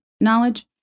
knowledge